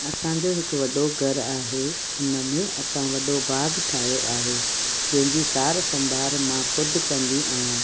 असांजो हिक वॾो घर आहे उनमें असां वॾो बाग ठाहियो आहे जंहिंजी सार संभालु मां खुदि कंदी आहियां